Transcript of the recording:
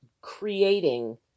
creating